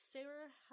Sarah